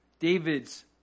David's